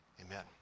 Amen